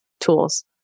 tools